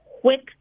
quick